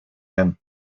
him